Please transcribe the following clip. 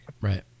Right